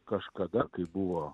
kažkada kai buvo